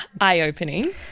eye-opening